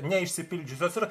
neišsipildžiusios ir